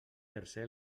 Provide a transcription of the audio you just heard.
tercer